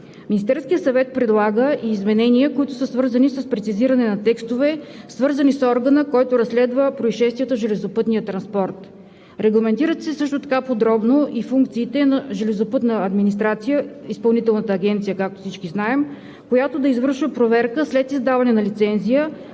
Министерският съвет предлага изменения, които са свързани с прецизиране на текстове, свързани с органа, който разследва произшествията в железопътния транспорт. Регламентират се също така подробно и функциите на железопътна администрация – Изпълнителната агенция, както всички знаем, която да извършва проверка след издаване на лицензия,